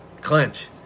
clinch